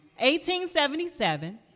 1877